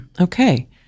okay